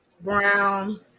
brown